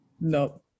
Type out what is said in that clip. No